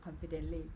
confidently